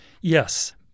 Yes